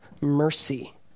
mercy